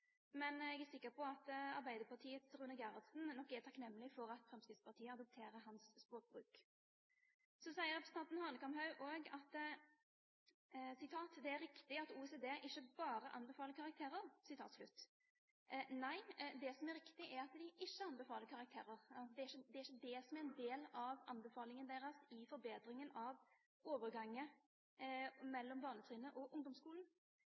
men jeg er sikker på at Arbeiderpartiets Rune Gerhardsen nok er takknemlig for at Fremskrittspartiet adopterer hans språkbruk. Så sier også representanten Hanekamhaug at det er riktig at OECD ikke bare anbefaler karakterer. Nei, det som er riktig, er at de ikke anbefaler karakterer. Det er ikke det som er en del av anbefalingen deres i forbedringen av overgangen mellom barnetrinnet og ungdomsskolen.